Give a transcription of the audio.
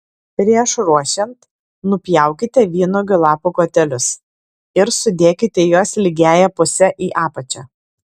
prieš ruošiant nupjaukite vynuogių lapų kotelius ir sudėkite juos lygiąja puse į apačią